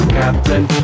captain